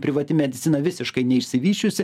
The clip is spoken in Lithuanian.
privati medicina visiškai neišsivysčiusi